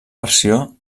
versió